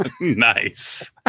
Nice